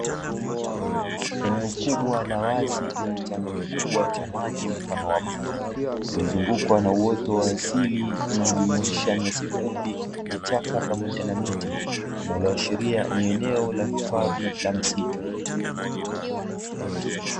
Eneo kubwa la wazi lenye chanzo kikubwa cha maji mfano wa mto, uliozungukwa na uoto wa asili inayojumuisha nyasi fupi, vichaka pamoja na miti, linaloashiria ni eneo la hifadhi la msitu.